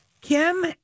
Kim